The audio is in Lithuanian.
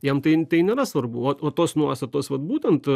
jam tai tai nėra svarbu o o tos nuostatos vat būtent